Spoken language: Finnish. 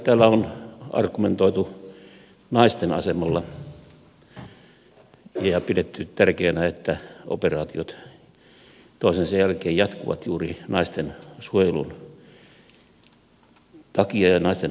täällä on argumentoitu naisten asemalla ja pidetty tärkeänä että operaatiot toisensa jälkeen jatkuvat juuri naisten suojelun takia ja naisten aseman takia